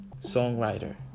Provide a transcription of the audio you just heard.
songwriter